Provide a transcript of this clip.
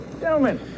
Gentlemen